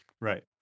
Right